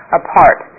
apart